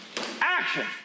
action